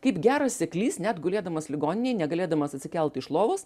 kaip geras seklys net gulėdamas ligoninėj negalėdamas atsikelt iš lovos